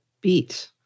beat